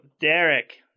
Derek